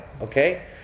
okay